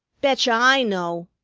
betcher i know,